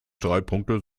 streitpunkte